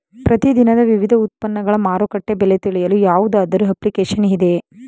ಪ್ರತಿ ದಿನದ ವಿವಿಧ ಉತ್ಪನ್ನಗಳ ಮಾರುಕಟ್ಟೆ ಬೆಲೆ ತಿಳಿಯಲು ಯಾವುದಾದರು ಅಪ್ಲಿಕೇಶನ್ ಇದೆಯೇ?